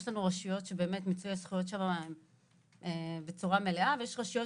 יש רשויות שמיצוי הזכויות נעשה בצורה מלאה ויש רשויות